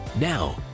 Now